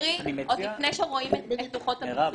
עוד לפני שרואים את דוחות הביצוע.